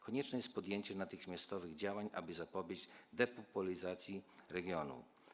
Konieczne jest podjęcie natychmiastowych działań, aby zapobiec depopulacji regionu.